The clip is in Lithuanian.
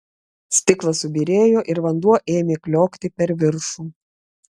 stiklas subyrėjo ir vanduo ėmė kliokti per viršų